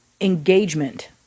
engagement